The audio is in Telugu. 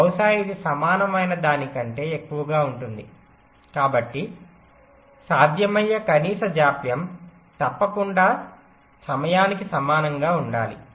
బహుశా ఇది సమానమైన దానికంటే ఎక్కువగా ఉంటుంది కాబట్టి సాధ్యమయ్యే కనీస జాప్యం తప్పకుండా సమయానికి సమానంగా ఉండాలి